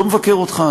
לא מבקר אותך,